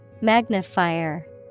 Magnifier